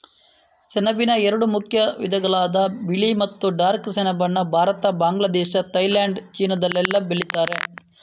ಸೆಣಬಿನ ಎರಡು ಮುಖ್ಯ ವಿಧಗಳಾದ ಬಿಳಿ ಮತ್ತೆ ಡಾರ್ಕ್ ಸೆಣಬನ್ನ ಭಾರತ, ಬಾಂಗ್ಲಾದೇಶ, ಥೈಲ್ಯಾಂಡ್, ಚೀನಾದಲ್ಲೆಲ್ಲ ಬೆಳೀತಾರೆ